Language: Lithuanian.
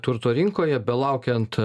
turto rinkoje belaukiant